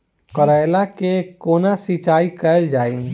करैला केँ कोना सिचाई कैल जाइ?